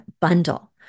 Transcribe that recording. bundle